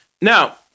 Now